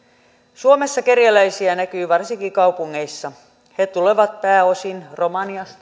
suomessa kerjäläisiä näkyy varsinkin kaupungeissa he tulevat pääosin romaniasta